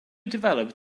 developed